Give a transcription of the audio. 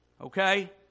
okay